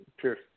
Cheers